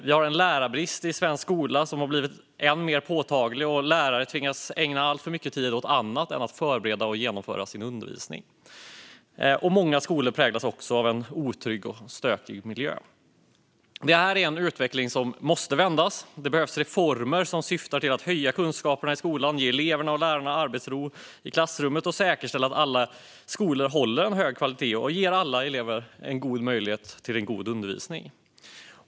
Vi har en lärarbrist i svensk skola som har blivit än mer påtaglig, och lärare tvingas ägna alltför mycket tid åt annat än att förbereda och genomföra undervisning. Många skolor präglas också av en otrygg och stökig miljö. Det här är en utveckling som måste vändas. Det behövs reformer som syftar till att höja kunskaperna i skolan, ge eleverna och lärarna arbetsro i klassrummet och säkerställa att alla skolor håller en hög kvalitet och ger alla elever möjlighet till en god undervisning.